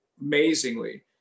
amazingly